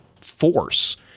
force